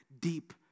deep